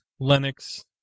Linux